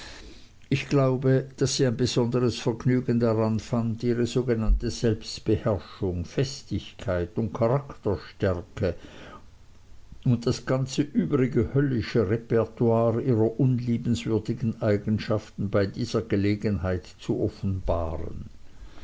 ich glaube daß sie ein besonderes vergnügen daran fand ihre sogenannte selbstbeherrschung festigkeit und charakterstärke und das ganze übrige höllische repertoir ihrer unliebenswürdigen eigenschaften bei dieser gelegenheit zu offenbaren